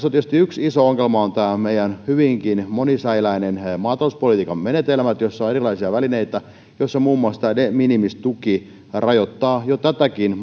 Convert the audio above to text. on tietysti yksi iso ongelma nämä meidän hyvinkin monisäiläiset maatalouspolitiikan menetelmät joissa on erilaisia välineitä ja joissa muun muassa tämä de minimis tuki rajoittaa jo tätäkin